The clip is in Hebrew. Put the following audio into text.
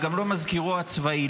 וגם לא מזכירו הצבאי,